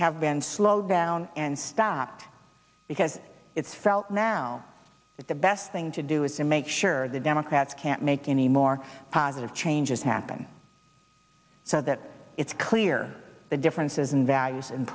have been slowed down and stopped because it's felt now that the best thing to do is in make sure the democrats can't make any more positive changes happen so that it's clear the differences in values and